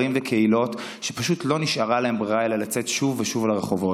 וקהילות שפשוט לא נשארה להם ברירה אלא לצאת שוב ושוב לרחובות.